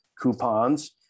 coupons